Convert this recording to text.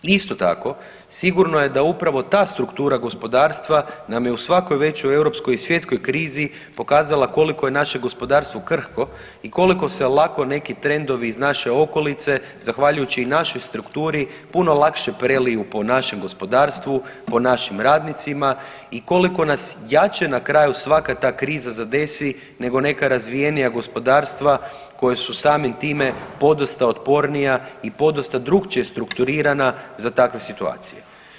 Isto tako, sigurno je da upravo ta struktura gospodarstva nam je u svakoj većoj europskoj i svjetskoj krizi pokazala koliko je naše gospodarstvo krhko i koliko se lako neki trendovi iz naše okolice zahvaljujući i našoj strukturi puno lakše preliju po našem gospodarstvu, po našim radnicima i koliko nas jače na kraju svaka ta kriza zadesi nego neka razvijenija gospodarstva koja su samim time podosta otpornija i podosta drukčije strukturirana za takve situacije.